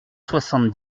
soixante